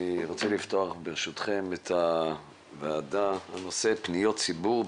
אני מתכבד לפתוח את ישיבת הוועדה המיוחדת לפניות הציבור.